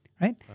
right